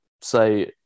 say